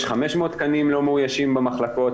יש 500 תקנים לא מאוישים במחלקות,